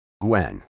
Gwen